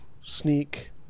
sneak